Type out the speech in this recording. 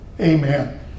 amen